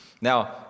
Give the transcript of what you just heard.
Now